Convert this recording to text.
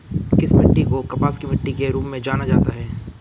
किस मिट्टी को कपास की मिट्टी के रूप में जाना जाता है?